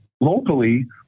locally